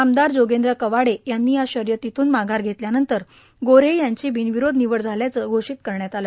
आमदार जोगेंद्र कवाडे यांनी या शर्यतीतून माघार घेतल्यानंतर गोऱ्हे यांची बिनविरोध निवड झाल्याचे घोषित करण्यात आले